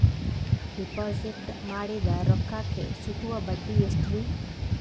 Deposit ಮಾಡಿದ ರೊಕ್ಕಕೆ ಸಿಗುವ ಬಡ್ಡಿ ಎಷ್ಟ್ರೀ?